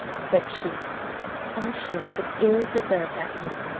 said she i should but ill deserve that name,